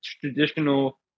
traditional